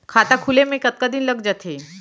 खाता खुले में कतका दिन लग जथे?